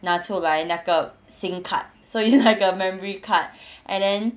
拿出来那个 SIM card so it's like a memory card and then